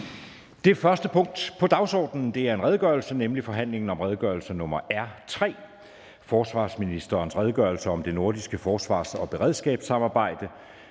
Det første punkt på dagsordenen er: 1) Forhandling om redegørelse nr. R 3: Forsvarsministerens redegørelse om det nordiske forsvars- og beredskabssamarbejde.